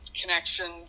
connection